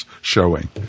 showing